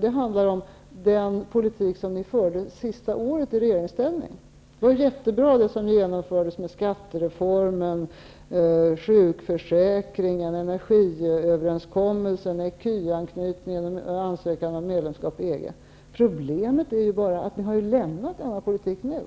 Det handlar om den politik som ni förde sista året i regeringsställning. Det var jättebra det som genomfördes med skattereformen, sjukförsäkringen, energiöverenskommelsen, ecuanknytningen och ansökan om medlemskap i EG. Problemet är bara att ni har lämnat denna politik nu.